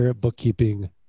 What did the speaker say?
Bookkeeping